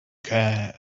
can